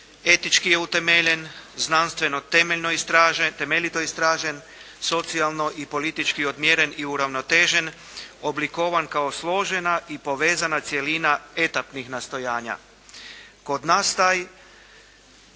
Etički je utemeljen, znanstveno temeljno istražen, temeljito istražen, socijalno i politički odmjeren i uravnotežen, oblikovan kao složena i povezana cjelina etapnih nastojanja.